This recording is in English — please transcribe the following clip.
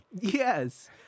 Yes